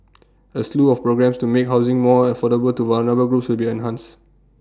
A slew of programmes to make housing more affordable to vulnerable groups will be enhanced